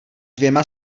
dvěma